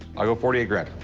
i'll go forty eight grand.